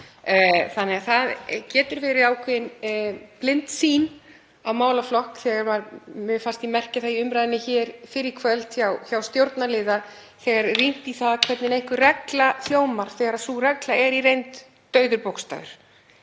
beitt. Það getur verið ákveðin blinda á málaflokk. Mér fannst ég merkja það í umræðunni hér fyrr í kvöld hjá stjórnarliða þegar hann rýndi í það hvernig einhver regla hljómar þegar sú regla er í reynd dauður bókstafur,